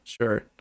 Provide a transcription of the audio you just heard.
sure